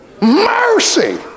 mercy